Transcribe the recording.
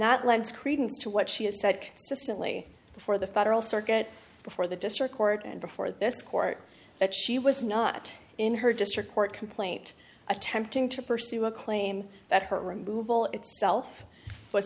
that lends credence to what she has said consistently for the federal circuit before the district court and before this court that she was not in her district court complaint attempting to pursue a claim that her removal itself was